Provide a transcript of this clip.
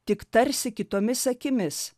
tik tarsi kitomis akimis